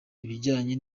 ibijyanye